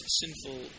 sinful